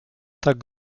tak